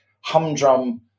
humdrum